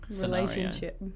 Relationship